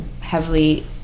heavily